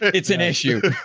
it's an issue.